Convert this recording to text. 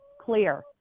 Clear